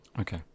Okay